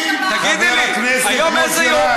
חבר הכנסת מוסי רז, תגידי לי, היום, איזה יום?